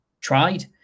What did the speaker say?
tried